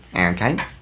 Okay